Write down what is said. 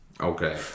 Okay